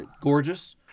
gorgeous